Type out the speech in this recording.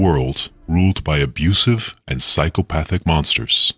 world ruled by abusive and psychopathic monsters